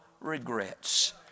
regrets